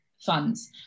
funds